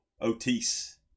Otis